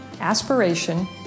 Aspiration